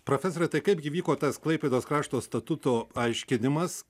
profesore tai kaipgi vyko tas klaipėdos krašto statuto aiškinimas